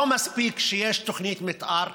לא מספיק שיש תוכנית מתאר.